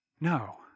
No